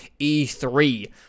E3